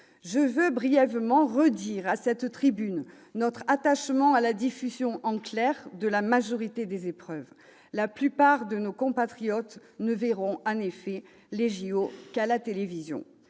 Je veux brièvement redire à cette tribune notre attachement à la diffusion « en clair » de la majorité des épreuves. La plupart de nos compatriotes ne verront, en effet, les JO qu'à la télévision.